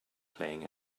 playing